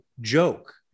joke